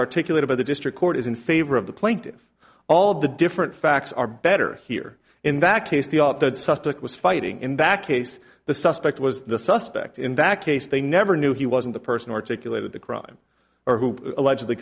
articulated by the district court is in favor of the plaintive all of the different facts are better here in that case the up the suspect was fighting in that case the suspect was the suspect in that case they never knew he wasn't the person articulated the crime or who allegedly